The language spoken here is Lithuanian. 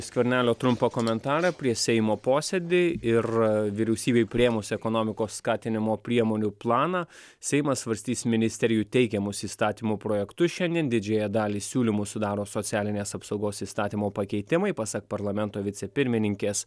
skvernelio trumpą komentarą prieš seimo posėdį ir vyriausybei priėmus ekonomikos skatinimo priemonių planą seimas svarstys ministerijų teikiamus įstatymų projektus šiandien didžiąją dalį siūlymų sudaro socialinės apsaugos įstatymo pakeitimai pasak parlamento vicepirmininkės